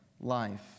life